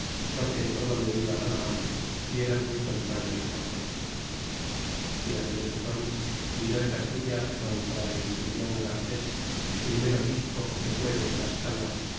porque en todo le iban la mano y eran muy contrarios cortés y en aquella sazon vino de castilla don fray julian garcés primer obispo que fu de tlascala